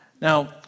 Now